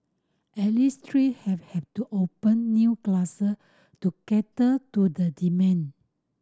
at least three have had to open new class to cater to the demand